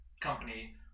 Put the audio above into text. company